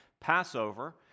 Passover